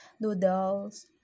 noodles